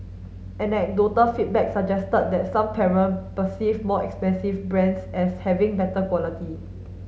anecdotal feedback suggested that some parent perceive more expensive brands as having better quality